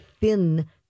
thin